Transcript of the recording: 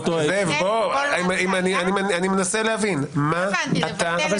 אני מנסה להבין מה אתה מציע.